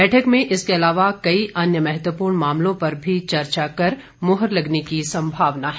बैठक में इसके अलावा कई अन्य महत्वपूर्ण मामलों पर भी चर्चा कर मुहर लगने की संभावना है